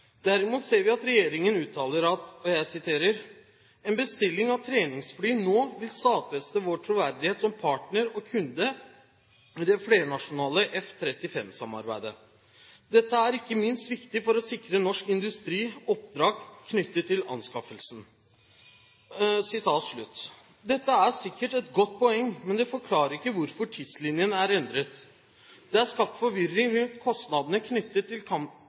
Derimot ser vi at regjeringen uttaler følgende: «En bestilling av treningsfly nå vil stadfeste vår troverdighet som partner og kunde i det flernasjonale F-35-samarbeidet. Dette er ikke minst viktig for å sikre norsk industri oppdrag knyttet til anskaffelsen.» Dette er sikkert et godt poeng, men det forklarer ikke hvorfor tidslinjen er endret. Det er av regjeringen skapt forvirring ved kostnadene knyttet til